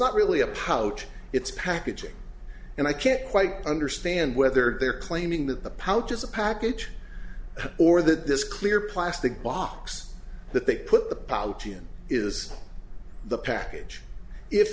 not really a pouch it's packaging and i can't quite understand whether they're claiming that the pouch is a package or that this clear plastic box that they put the pouch in is the package if